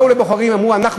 באו לבוחרים ואמרו: אנחנו